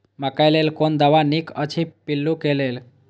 मकैय लेल कोन दवा निक अछि पिल्लू क लेल?